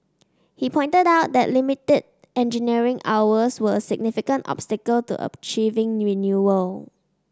he pointed out that limited engineering hours were a significant obstacle to achieving renewal